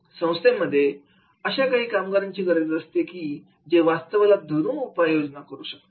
संस्थेमध्ये अशा काही कामगारांची गरज असते की जे वास्तवाला धरून उपाय योजना करू शकतील